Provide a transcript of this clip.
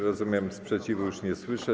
Rozumiem, że sprzeciwu już nie słyszę.